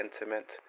intimate